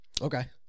Okay